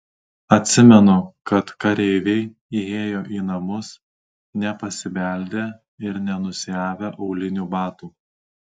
atsimenu kad kareiviai įėjo į namus nepasibeldę ir nenusiavę aulinių batų